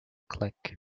click